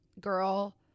girl